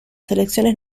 selecciones